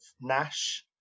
Nash